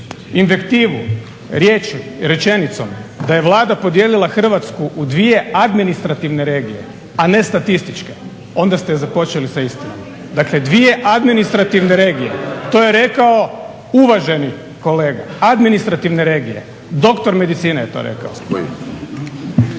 razumije./… riječju, rečenicom da je Vlada podijelila Hrvatsku u dvije administrativne regije, a ne statističke onda ste započeli sa istinom. Dakle, dvije administrativne regije. To je rekao uvaženi kolega – administrativne regije, doktor medicine je to rekao.